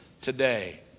today